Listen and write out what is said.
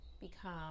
become